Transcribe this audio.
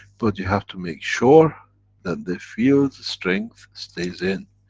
but you have to make sure that the field strength stays in.